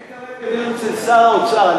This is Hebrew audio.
אין כרגע דיון אצל שר האוצר.